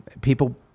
people